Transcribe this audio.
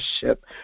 ship